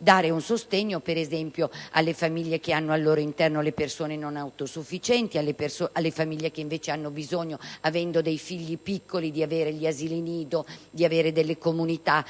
dare un sostegno, per esempio, alle famiglie che hanno al loro interno persone non autosufficienti o a quelle che hanno bisogno, avendo figli piccoli, di disporre di asili nido e di apposite comunità,